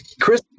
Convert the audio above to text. Chris